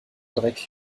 dreck